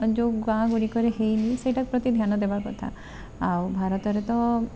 ଯେଉଁ ଗାଁ ଗୁଡ଼ିକରେ ହେଇନି ସେଇଟା ପ୍ରତି ଧ୍ୟାନ ଦେବା କଥା ଆଉ ଭାରତରେ ତ